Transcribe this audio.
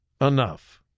enough